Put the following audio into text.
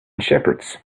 shepherds